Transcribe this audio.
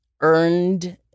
earned